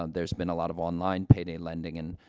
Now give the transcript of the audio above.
um there's been a lot of online payday lending, and,